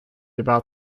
about